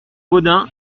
baudin